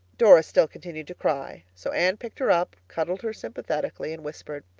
dora still continued to cry, so anne picked her up, cuddled her sympathetically, and whispered,